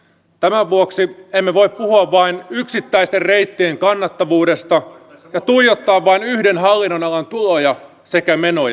tämän vuoksi emme voi puhua vain yksittäisten reittien kannattavuudesta ja tuijottaa vain yhden hallinnonalan tuloja sekä menoja